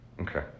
Okay